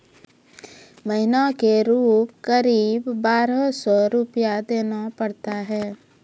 महीना के रूप क़रीब बारह सौ रु देना पड़ता है?